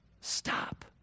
stop